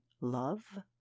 love